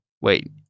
Wait